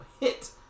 hit